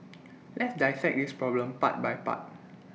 let's dissect this problem part by part